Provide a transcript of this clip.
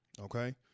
Okay